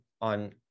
on